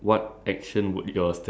for the purple is it